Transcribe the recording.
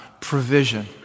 Provision